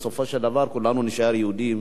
בסופו של דבר כולנו נישאר יהודים.